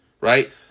right